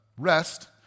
Rest